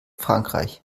frankreich